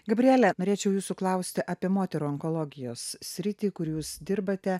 gabriele norėčiau jūsų klausti apie moterų onkologijos sritį kur jūs dirbate